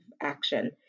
action